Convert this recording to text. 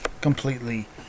completely